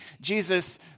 Jesus